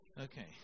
okay